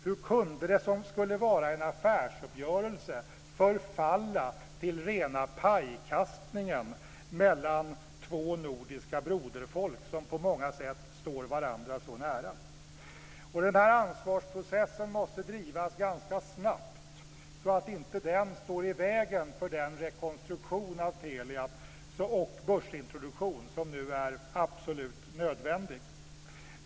Hur kunde det som skulle vara en affärsuppgörelse förfalla till rena pajkastningen mellan två nordiska broderfolk, som på många sätt står varandra så nära? Denna ansvarsprocess måste drivas ganska snabbt, så att inte den står i vägen för den rekonstruktion och börsintroduktion av Telia som nu är absolut nödvändig.